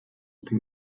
den